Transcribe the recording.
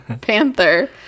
panther